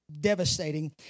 devastating